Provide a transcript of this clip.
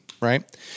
right